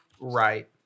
Right